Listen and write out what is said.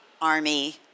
army